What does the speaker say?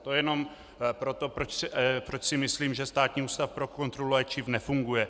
To jen proto, proč si myslím, že Státní ústav pro kontrolu léčiv nefunguje.